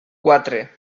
quatre